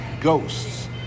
Ghosts